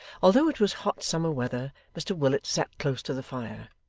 although it was hot summer weather, mr willet sat close to the fire.